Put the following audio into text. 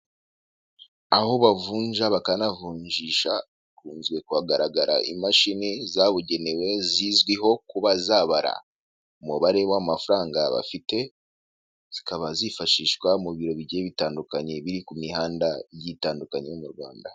Aho bavunja bakanavunjisha hakunze ku hagaragara imashini zabugenewe zizwiho kuba zabara umubare w'amafaranga bafite, zikaba zifashishwa mu biro bigiye bitandukanye biri ku mihanda igiye itandukanye yo mu Rwanda.